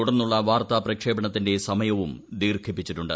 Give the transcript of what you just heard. തുടർന്നുള്ള വാർത്താ പ്രക്ഷേപണത്തിന്റെ സമയവും ദീർഘിപ്പിച്ചിട്ടുണ്ട്